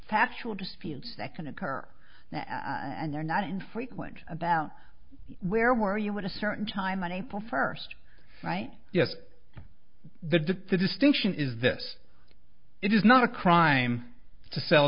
factual disputes that can occur and they're not infrequent about where where you would a certain time on april first right yes the dip the distinction is this it is not a crime to sell